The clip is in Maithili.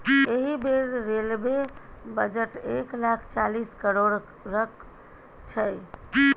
एहि बेर रेलबे बजट एक लाख चालीस करोड़क छै